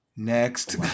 next